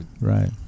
right